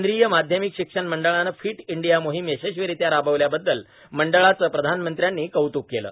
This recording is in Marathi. केंद्रीय माध्यमिक शिक्षण मंडळानं फिट इंडिया मोहिम यशस्वीरित्या राबवल्याबददल मंडळाचं पंतप्रधानांनी कौतूक केलं